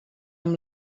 amb